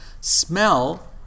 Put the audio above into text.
Smell